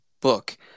book